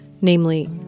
namely